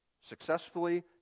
successfully